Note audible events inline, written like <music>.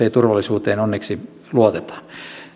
<unintelligible> ja turvallisuuteen onneksi luotetaan